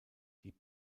die